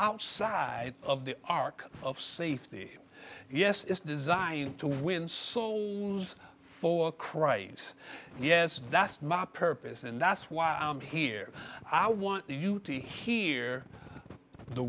outside of the ark of safety yes is designed to win so for crises yes that's my purpose and that's why i'm here i want you to hear the